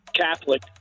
Catholic